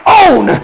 own